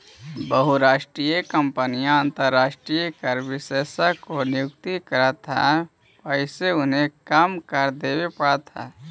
बहुराष्ट्रीय कंपनियां अंतरराष्ट्रीय कर विशेषज्ञ को नियुक्त करित हई वहिसे उन्हें कम कर देवे पड़ा है